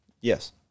Yes